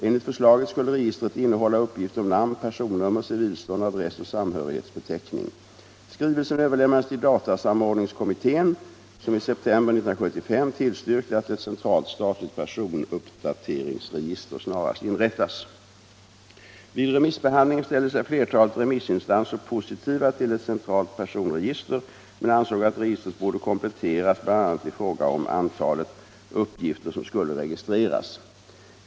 Enligt förslaget skulle registret innehålla uppgift om namn, personnummer, civilstånd, adress och samhörighetsbeteckning. Skrivelsen överlämnades till datasamordningskommittén, som i september 1975 tillstyrkte att ett centralt statligt personuppdateringsregister snarast inrättas. Vid remissbehandlingen ställde sig flertalet remissinstanser positiva till ett centralt personregister men ansåg att registret borde kompletteras bl.a. i fråga om antalet uppgifter som skulle registreras.